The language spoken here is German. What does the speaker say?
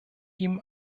ihm